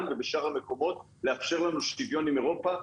ובשאר המקומות לאפשר לנו שוויון עם אירופה,